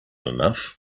enough